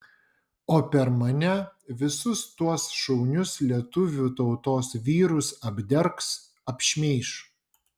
o per mane visus tuos šaunius lietuvių tautos vyrus apdergs apšmeiš